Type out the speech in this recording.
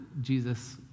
Jesus